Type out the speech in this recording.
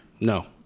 No